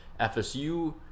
FSU